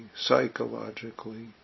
psychologically